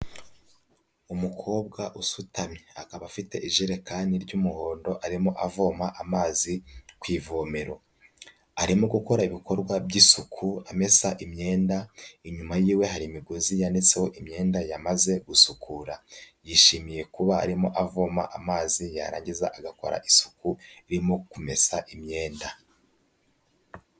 Umukobwa usutamye akaba afite ijerekani ry'umuhondo arimo avoma amazi ku ivomero, arimo gukora ibikorwa by'isuku amesa imyenda, inyuma yiwe hari imigozi yanditseho imyenda yamaze gusukura, yishimiye kuba arimo avoma amazi yarangiza agakora isuku, irimo kumesa imyenda.